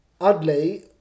oddly